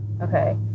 Okay